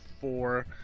four